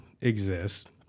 exist